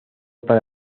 para